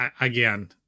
Again